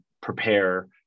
prepare